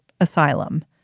asylum